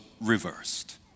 reversed